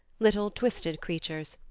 little, twisted creatures,